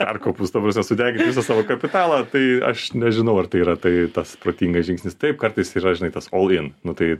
perkopus ta prasme sudegint visą savo kapitalą tai aš nežinau ar tai yra tai tas protingas žingsnis taip kartais yra žinai tas olin nu tai